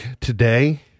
today